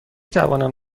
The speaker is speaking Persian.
توانم